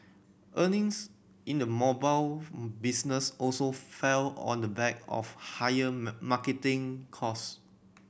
earnings in the mobile business also fell on the back of higher marketing cost